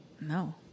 No